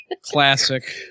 classic